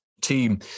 team